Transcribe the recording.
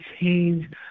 change